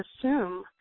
assume